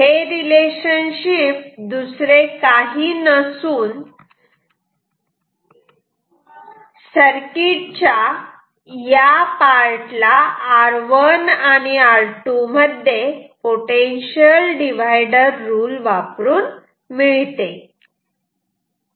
हे रिलेशनशिप दुसरे काही नसून सर्किट च्या या पार्ट ला R1 आणि R2 मध्ये पोटेन्शियल डिव्हायडर रूल वापरून मिळते